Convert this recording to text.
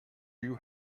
you